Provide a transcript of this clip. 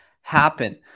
happen